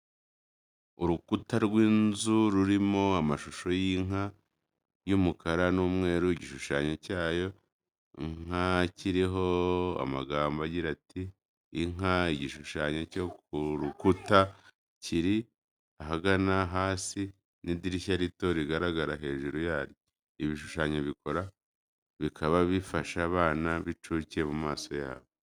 Urukuta rw'inzu rurimo amashusho y'inka y'umukara n'umweru. Igishushanyo cy'iyo nka kiriho amagambo agira ati "Inka". Igishushanyo cyo ku rukuta kiri ahagana hasi, n'idirishya rito rigaragara hejuru yaryo, ibi bishushanyo bikaba bifasha abana b'incuke mu masomo yabo.